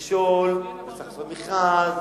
מכשול, צריך לעשות מכרז